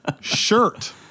shirt